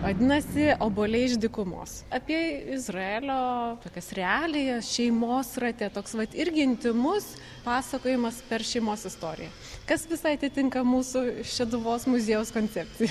vadinasi obuoliai iš dykumos apie izraelio tokias realijas šeimos rate toks vat irgi intymus pasakojimas per šeimos istoriją kas visai atitinka mūsų šeduvos muziejaus koncepciją